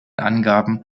angaben